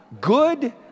good